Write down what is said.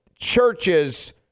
churches